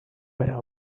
better